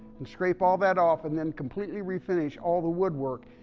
and scrape all that off and then completely refinish all the woodwork,